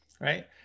right